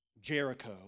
Jericho